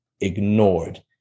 ignored